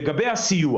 לגבי הסיוע